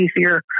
easier